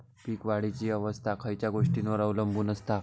पीक वाढीची अवस्था खयच्या गोष्टींवर अवलंबून असता?